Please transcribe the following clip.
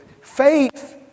faith